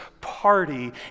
party